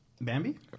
Bambi